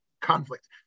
conflict